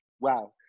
wow